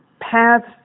paths